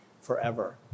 forever